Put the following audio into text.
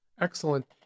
Excellent